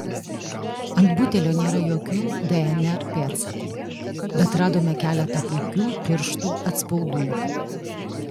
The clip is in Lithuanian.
ant butelio nėra jokių dnr pėdsakų bet radome keletą puikių pirštų atspaudų